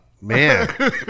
man